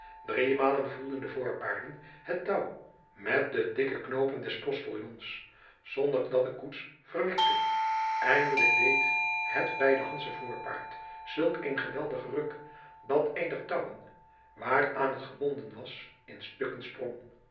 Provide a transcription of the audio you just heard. driemalen voelden de voorpaarden het touw met de dikke knoopen des postiljons zonder dat de koets verwikte eindelijk deed het bijdehandsche voorpaard zulk een geweldigen ruk dat een der touwen waaraan het gebonden was in stukken sprong